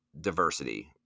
diversity